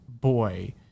boy